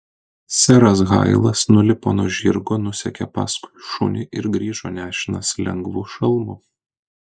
seras hailas nulipo nuo žirgo nusekė paskui šunį ir grįžo nešinas lengvu šalmu